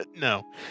No